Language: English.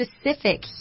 specific